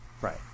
Right